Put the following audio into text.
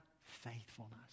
faithfulness